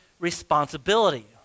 responsibility